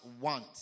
want